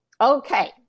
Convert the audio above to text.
Okay